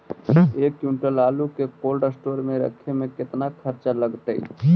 एक क्विंटल आलू के कोल्ड अस्टोर मे रखे मे केतना खरचा लगतइ?